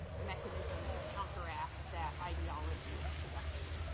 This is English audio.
mechanism to counteract that ideology of seduction.